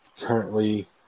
Currently